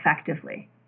effectively